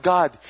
God